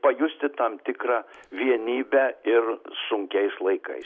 pajusti tam tikrą vienybę ir sunkiais laikais